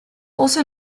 also